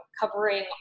covering